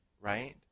right